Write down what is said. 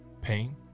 pain